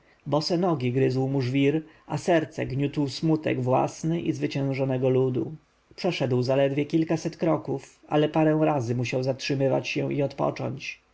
bose nogi gryzł mu żwir a serce gniótł smutek własny i zwyciężonego ludu przeszedł zaledwie kilkaset kroków ale parę razy musiał zatrzymywać się i odpocząć